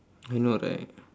I know right